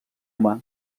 humà